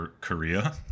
Korea